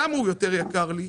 למה הוא יותר יקר לי?